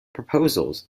proposals